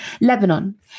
Lebanon